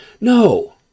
No